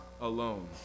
alone